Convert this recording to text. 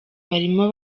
barimo